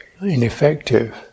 ineffective